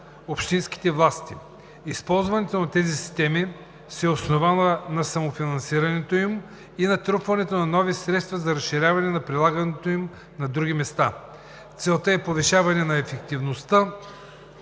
общинските власти. Използването на тези системи се основава на самофинансирането им и натрупването на нови средства за разширяване на прилагането им на други места. Целта е повишаване ефективността